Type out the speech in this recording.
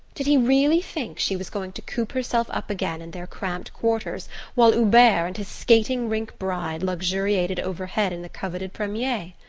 did he really think she was going to coop herself up again in their cramped quarters while hubert and his skating-rink bride luxuriated overhead in the coveted premier?